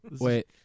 Wait